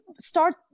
start